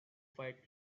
fight